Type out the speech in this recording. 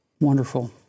Wonderful